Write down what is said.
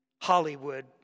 Hollywood